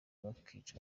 bakica